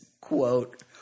quote